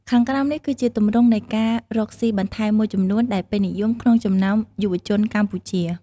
ខាងក្រោមនេះគឺជាទម្រង់នៃការរកស៊ីបន្ថែមមួយចំនួនដែលពេញនិយមក្នុងចំណោមយុវជនកម្ពុជា។